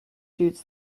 shoots